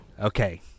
okay